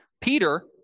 Peter